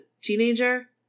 teenager